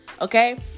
okay